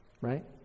Right